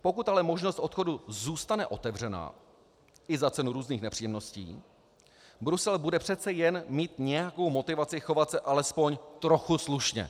Pokud ale možnost odchodu zůstane otevřená i za cenu různých nepříjemností, Brusel bude přece jen mít nějakou motivaci chovat se alespoň trochu slušně.